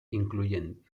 incluyen